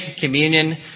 communion